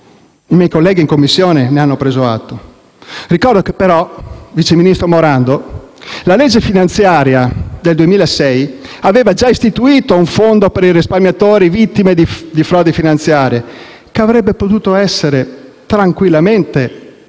I miei colleghi in Commissione ne hanno preso atto. Vice ministro Morando, ricordo però che la legge finanziaria del 2006 aveva già istituito un fondo per i risparmiatori vittime di frodi finanziarie, che avrebbe potuto essere tranquillamente attivato